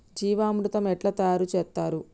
జీవామృతం ఎట్లా తయారు చేత్తరు?